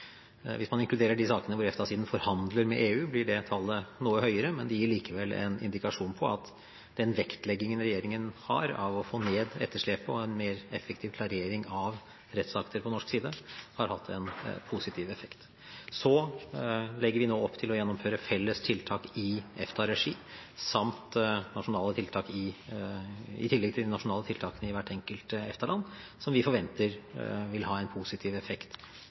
Hvis man inkluderer de sakene hvor EFTA-siden forhandler med EU, blir det tallet noe høyere, men det gir likevel en indikasjon på at den vektleggingen regjeringen har av å få ned etterslepet og en mer effektiv klarering av rettsakter på norsk side, har hatt en positiv effekt. Så legger vi nå opp til å gjennomføre felles tiltak i EFTA-regi samt nasjonale tiltak i tillegg til de nasjonale tiltakene i hvert enkelt EFTA-land, som vi forventer vil ha en positiv effekt